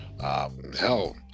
hell